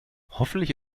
hoffentlich